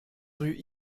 rue